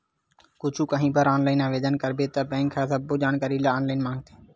कुछु काही बर ऑनलाईन आवेदन करबे त बेंक ह सब्बो जानकारी ल ऑनलाईन मांगथे